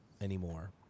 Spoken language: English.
anymore